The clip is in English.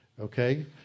okay